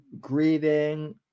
grieving